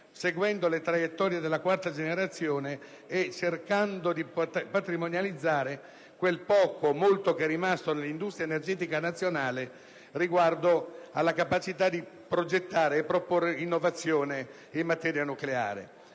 seguendo le traiettorie del nucleare di quarta generazione e cercando di patrimonializzare quel poco o molto che è rimasto all'industria energetica nazionale riguardo alla capacità di progettare e proporre innovazione in materia.